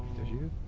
did you